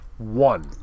one